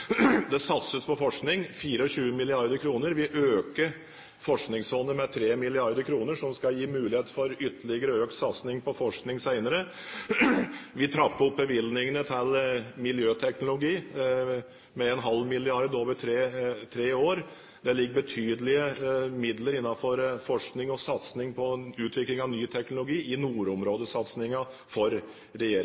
Det satses på forskning. 24 mrd. kr vil øke Forskningsfondet med 3 mrd. kr, som skal gi mulighet for ytterligere økt satsning på forskning senere. Vi trapper opp bevilgningene til miljøteknologi med 0,5 mrd. kr over tre år. Det ligger betydelige midler innenfor forskning og utvikling av ny teknologi i